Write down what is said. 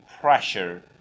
pressure